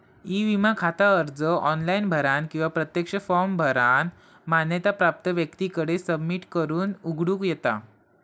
E विमा खाता अर्ज ऑनलाइन भरानं किंवा प्रत्यक्ष फॉर्म भरानं मान्यता प्राप्त व्यक्तीकडे सबमिट करून उघडूक येता